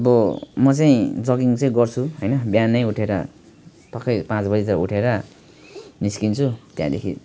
अब म चाहिँ जगिङ चाहिँ गर्छु होइन बिहान उठेर टक्कै पाँच बजेतिर उठेर निस्कन्छु त्यहाँदेखि